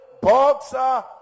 boxer